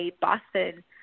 Boston